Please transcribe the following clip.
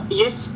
yes